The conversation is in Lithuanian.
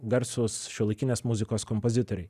garsūs šiuolaikinės muzikos kompozitoriai